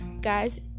guys